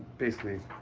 basically,